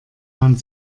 man